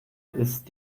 ist